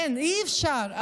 אין, אי-אפשר.